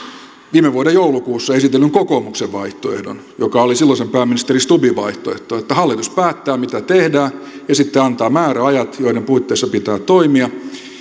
viime vuoden joulukuussa esitellyn kokoomuksen vaihtoehdon joka oli silloisen pääministeri stubbin vaihtoehto että hallitus päättää mitä tehdään ja sitten antaa määräajat joiden puitteissa pitää toimia